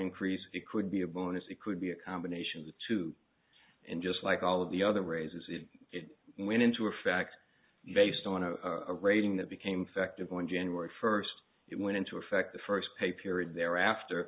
increase it could be a bonus it could be a combination of the two and just like all of the other races if it went into a fact based on a rating that became fact of on january first it went into effect the first pay period there after